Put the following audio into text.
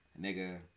nigga